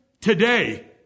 today